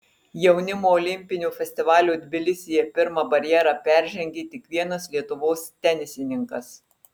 jaunimo olimpinio festivalio tbilisyje pirmą barjerą peržengė tik vienas lietuvos tenisininkas